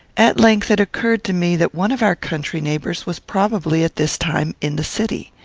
at length it occurred to me that one of our country neighbours was probably at this time in the city.